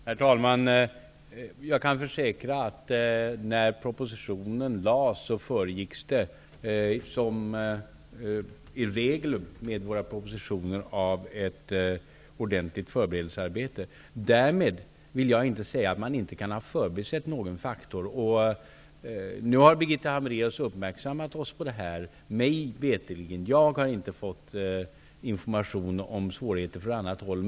Herr talman! Jag kan försäkra att framläggandet av propositionen föregicks, vilket i regel sker med våra propositioner, av ett ordentligt förberedelsearbete. Därmed vill jag inte säga att man inte kan ha förbisett någon faktor. Nu har Birgitta Hambraeus uppmärksammat oss på detta. Och jag har inte fått information om svårigheter från annat håll.